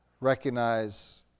recognize